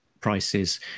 prices